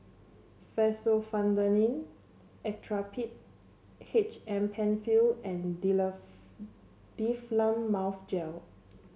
Fexofenadine Actrapid H M Penfill and Difflam Mouth Gel